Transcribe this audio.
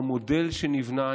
במודל שנבנה,